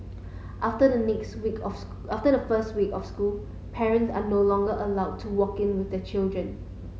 after the next week of school after the first week of school parents are no longer allowed to walk in with their children